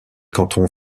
cantons